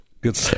Good